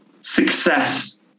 success